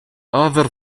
other